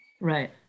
Right